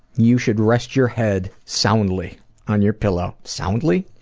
you should rest your head soundly on your pillow. soundly?